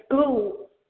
school